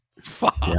Fuck